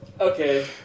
Okay